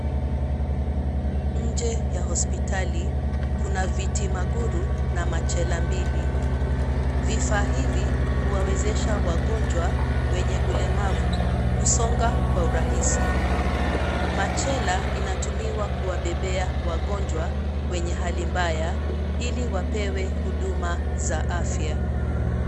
Nje ya hospitali kuna vitimaguru na machela mbili. Vifaa hivi huwawezesha wagonjwa wenye ulemavu kusonga kwa urahisi. Machela inatumiwa kuwabebea wagonjwa wenye hali mbaya ili wapewe huduma za afya.